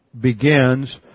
begins